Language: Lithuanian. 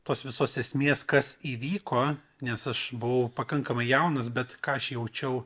tos visos esmės kas įvyko nes aš buvau pakankamai jaunas bet ką aš jaučiau